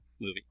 movie